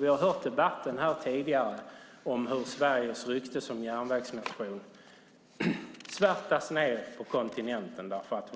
Vi har hört i debatten här tidigare om hur Sveriges rykte som järnvägsnation svärtas ned på kontinenten därför att